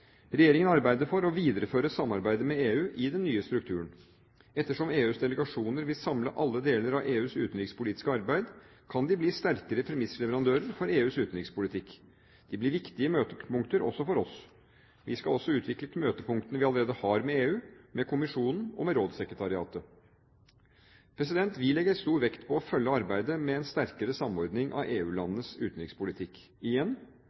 Regjeringen arbeider for å videreføre samarbeidet med EU i den nye strukturen. Ettersom EUs delegasjoner vil samle alle deler av EUs utenrikspolitiske arbeid, kan de bli sterkere premissleverandører for EUs utenrikspolitikk. De blir viktige møtepunkter også for oss. Vi skal også utvikle møtepunktene vi allerede har med EU, med kommisjonen og med rådssekretariatet. Vi legger stor vekt på å følge arbeidet med en sterkere samordning av EU-landenes utenrikspolitikk. Igjen: